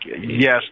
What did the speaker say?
yes